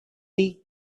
did